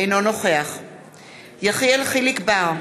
אינו נוכח יחיאל חיליק בר,